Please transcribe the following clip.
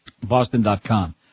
Boston.com